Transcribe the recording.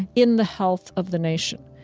in the health of the nation.